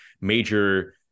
major